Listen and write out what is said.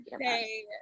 say